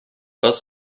bus